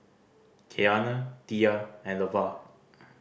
Keanna Tilla and Levar